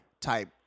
type